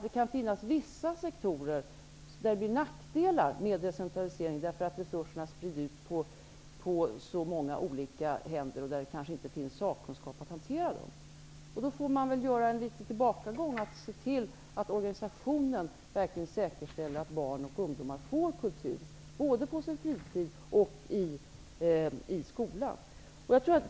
Det kan finnas vissa sektorer, där en decentralisering är till nackdel, eftersom resurserna sprids ut på så många olika händer som kanske inte har sakkunskap att hantera dem. Då får vi göra en liten tillbakagång och se till att organisationerna verkligen säkerställer att barn och ungdomar får tillgång till kultur, både på sin fritid och i skolan.